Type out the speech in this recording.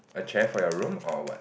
a chair for your room or what